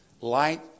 Light